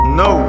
no